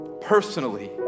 personally